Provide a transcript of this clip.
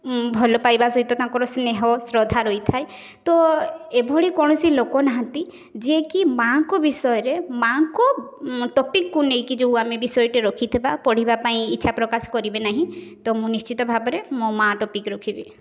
ଭଲପାଇବା ସହିତ ତାଙ୍କର ସ୍ନେହ ଶ୍ରଦ୍ଧା ରହିଥାଏ ତ ଏଭଳି କୌଣସି ଲୋକନାହାନ୍ତି ଯିଏକି ମାଆଙ୍କୁ ବିଷୟରେ ମାଆଙ୍କୁ ଟପିକ୍କୁ ନେଇକି ଯେଉଁ ଆମେ ବିଷୟଟି ରଖିଥିବା ପଢ଼ିବା ପାଇଁ ଇଚ୍ଛା ପ୍ରକାଶ କରିବେ ନାହିଁ ତ ମୁଁ ନିଶ୍ଚିତ ଭାବରେ ମୁଁ ମୋ ମା ଟପିକ୍ ରଖିବି